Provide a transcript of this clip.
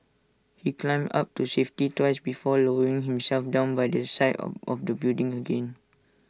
he climbed up to safety twice before lowering himself down by the side of of the building again